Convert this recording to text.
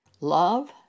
Love